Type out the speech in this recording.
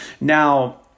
Now